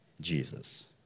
Jesus